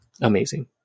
amazing